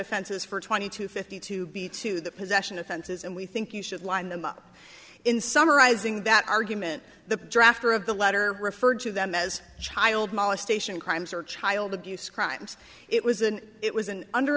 offenses for twenty to fifty to be to the possession offenses and we think you should line them up in summarizing that argument the drafter of the letter referred to them as child molestation crimes or child abuse crimes it was an it was an under